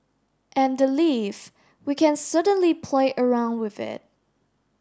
and the leave we can certainly play around with it